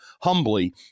humbly